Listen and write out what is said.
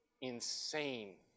insane